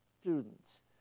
students